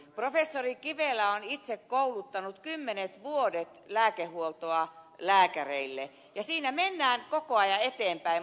professori kivelä on itse kouluttanut kymmenet vuodet lääkehuoltoa lääkäreille ja siinä mennään koko ajan eteenpäin